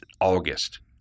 August